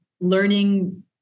learning